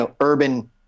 urban